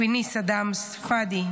פיניס אדהם אל-ספדי,